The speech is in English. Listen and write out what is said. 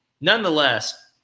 nonetheless